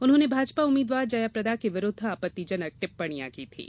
उन्होंने भाजपा उम्मीदवार जयाप्रदा के विरूद्व आपत्तिजनक टिप्पणियां की थीं